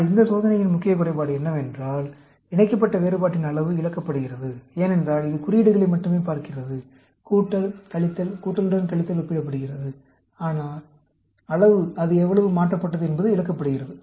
ஆனால் இந்த சோதனையின் முக்கிய குறைபாடு என்னவென்றால் இணைக்கப்பட்ட வேறுபாட்டின் அளவு இழக்கப்படுகிறது ஏனென்றால் இது குறியீடுகளை மட்டுமே பார்க்கிறதுகூட்டல் கழித்தல் கூட்டலுடன் கழித்தல் ஒப்பிடப்படுகிறது அளவு அது எவ்வளவு மாற்றப்பட்டது என்பது இழக்கப்படுகிறது